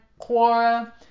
Quora